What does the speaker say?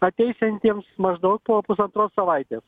ateisiantiems maždaug po pusantros savaitės